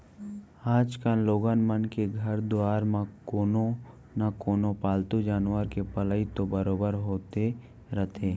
आजकाल लोगन मन के घर दुवार म कोनो न कोनो पालतू जानवर के पलई तो बरोबर होते रथे